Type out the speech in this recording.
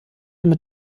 mit